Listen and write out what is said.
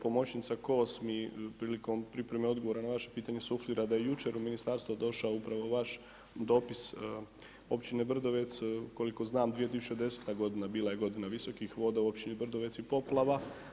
Pomoćnica Kos mi prilikom pripreme odgovora na vaše pitanje suflira da je jučer u Ministarstvo došao upravo vaš dopis Općine Brdovec, koliko znam 2010. godina bila je godina visokih voda u Općini Brdovec i poplava.